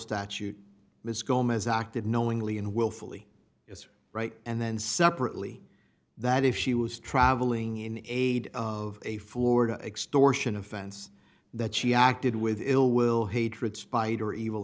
as acted knowingly and willfully is right and then separately that if she was traveling in aid of a florida extortion offense that she acted with ill will hatred spite or evil